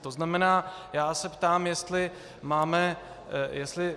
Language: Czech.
To znamená, já se ptám, jestli máme, jestli...